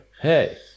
hey